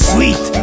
Sweet